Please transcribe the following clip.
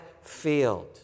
field